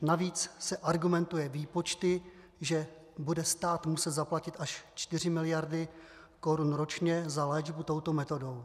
Navíc se argumentuje výpočty, že stát bude muset zaplatit až čtyři miliardy korun ročně za léčbu touto metodou.